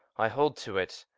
i hold to it.